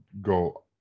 go